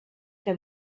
que